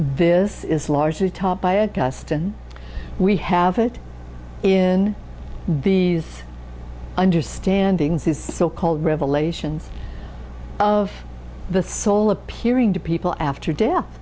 this is largely taught by a gust and we have it in the understandings these so called revelations of the soul appearing to people after death